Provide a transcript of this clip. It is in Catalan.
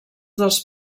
dels